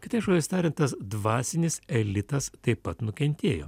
kitais žodžiais tariant tas dvasinis elitas taip pat nukentėjo